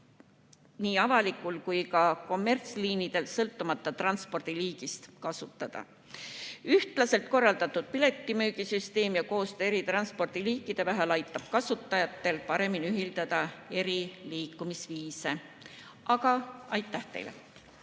nii avalikel kui ka kommertsliinidel sõltumata transpordiliigist. Ühtlaselt korraldatud piletimüügisüsteem ja koostöö eri transpordiliikide vahel aitab kasutajatel paremini ühildada eri liikumisviise. Aitäh teile!